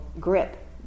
GRIP